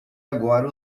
agora